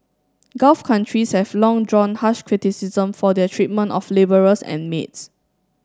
gulf countries have long drawn harsh criticism for their treatment of labourers and maids